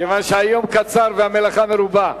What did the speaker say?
כיוון שהיום קצר והמלאכה מרובה.